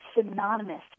synonymous